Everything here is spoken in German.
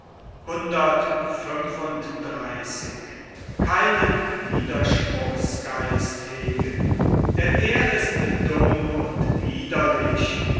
denn er ist dumm und widerlich